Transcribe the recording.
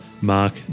Mark